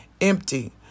empty